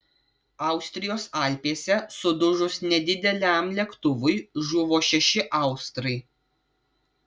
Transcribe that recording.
austrijos alpėse sudužus nedideliam lėktuvui žuvo šeši austrai